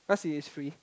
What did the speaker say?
plus it's free